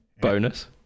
Bonus